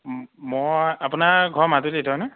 মই আপোনাৰ ঘৰ মাজুলীত হয়নে